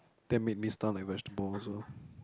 that made me stun like vegetable also